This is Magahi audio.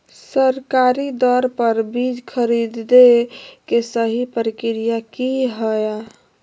सरकारी दर पर बीज खरीदें के सही प्रक्रिया की हय?